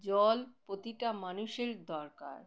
জল প্রতিটা মানুষের দরকার